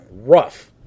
rough